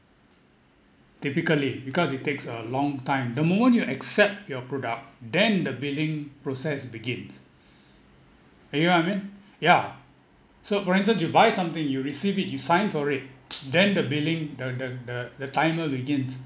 typically because it takes a long time the moment you accept your product then the billing process begins you know what I mean yeah so for instance you buy something you receive it you sign for it then the billing the the the timer begins